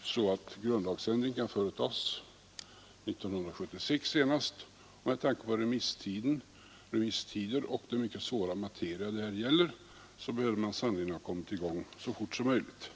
i sådan tid att grundlagsändring kan företas senast 1976. Med tanke på remisstider och den mycket svåra materia det här gäller borde man sannerligen ha behövt komma i gång så fort som möjligt.